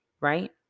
right